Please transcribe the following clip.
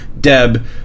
Deb